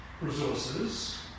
resources